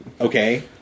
Okay